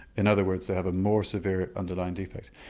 in other words they have a more severe underlying defect.